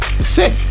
Sick